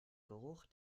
geruch